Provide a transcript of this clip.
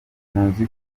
muzi